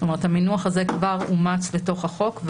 זאת אומרת, המינוח הזה כבר אומץ לתוך החוק.